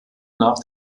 nach